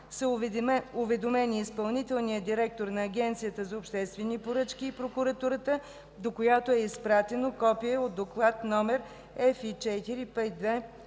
са уведомени изпълнителният директор на Агенцията за обществени поръчки и прокуратурата, до която е изпратено копие от Доклад № ФИ